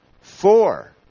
Four